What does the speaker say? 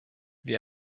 wir